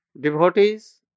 Devotees